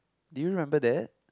do you remember that